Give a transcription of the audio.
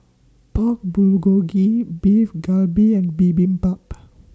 Pork Bulgogi Beef Galbi and Bibimbap